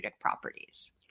properties